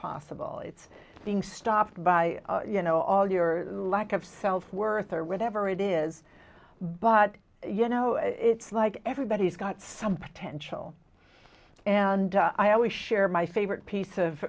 possible it's being stopped by you know all your lack of self worth or whatever it is but you know it's like everybody's got some potential and i always share my favorite piece of